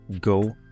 go